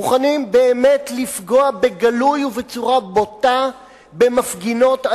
מוכנים באמת לפגוע בגלוי ובצורה בוטה במפגינות,